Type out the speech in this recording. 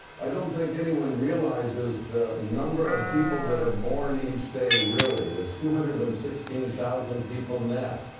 i don't think anyone realizes the number of people that are born each day, really. it's two hundred and sixteen thousand people net.